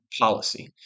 policy